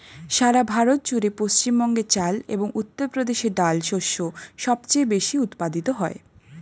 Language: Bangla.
সারা ভারত জুড়ে পশ্চিমবঙ্গে চাল এবং উত্তরপ্রদেশে ডাল শস্য সবচেয়ে বেশী উৎপাদিত হয়